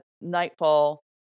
Nightfall